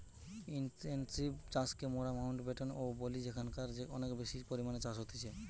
intensive চাষকে মোরা Mountbatten ও বলি যেখানকারে অনেক বেশি পরিমাণে চাষ হতিছে